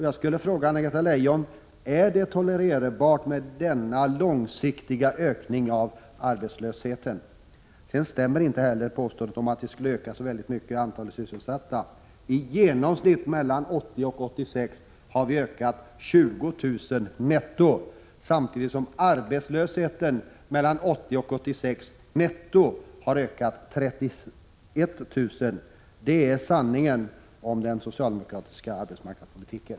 Jag skulle vilja fråga Anna-Greta Leijon: Är det tolererbart med denna långsiktiga ökning av arbetslösheten? Påståendet att antalet sysselsatta skulle öka väldigt mycket stämmer inte heller. Mellan 1980 och 1986 har ökningen i genomsnitt varit 20 000 netto, samtidigt som arbetslösheten mellan 1980 och 1986 netto har ökat med 31 000. Det är sanningen om den socialdemokratiska arbetsmarknadspolitiken.